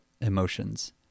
emotions